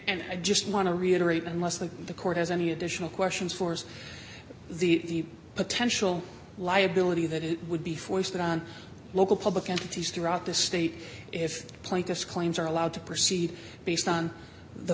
and i just want to reiterate unless the the court has any additional questions for the potential liability that it would be forced on local public entities throughout the state if plaintiffs claims are allowed to proceed based on the